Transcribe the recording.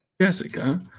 Jessica